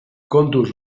kontuz